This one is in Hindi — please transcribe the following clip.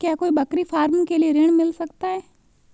क्या कोई बकरी फार्म के लिए ऋण मिल सकता है?